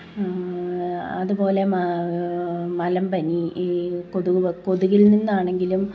അത് പോലെ മ മലമ്പനി ഈ കൊതുക് പ കൊതുകില് നിന്നാണെങ്കിലും